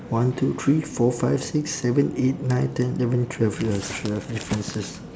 one two three four five six seven eight nine ten eleven twelve ya it's twelve differences